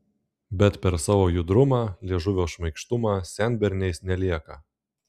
bet per savo judrumą liežuvio šmaikštumą senberniais nelieka